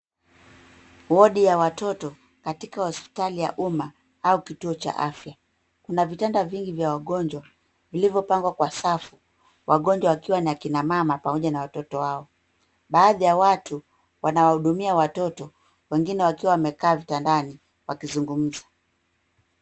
Wodi ya watoto katika hospitali ya umma au kituo cha afya. Kuna vitanda vingi vya wagonjwa, vilivyopangwa kwa safu. Wagonjwa wakiwa ni akina mama pamoja na watoto wao. Baadhi ya watu wanawahudumia watoto hao. Wengine wameketi vitandani wakizungumza.